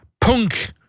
punk